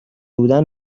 بودند